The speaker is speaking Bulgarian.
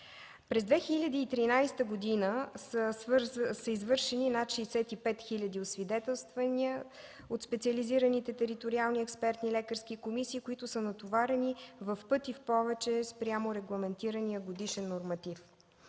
През 2013 г. са извършени над 65 хиляди освидетелствания от специализираните Териториални експертни лекарски комисии, които са натоварени в пъти повече спрямо регламентирания годишен норматив.